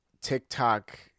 TikTok